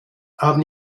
haben